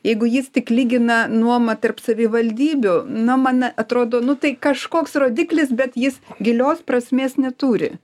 jeigu jis tik lygina nuomą tarp savivaldybių na man atrodo nu tai kažkoks rodiklis bet jis gilios prasmės neturi